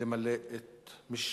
למלא את משמרתו.